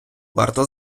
варто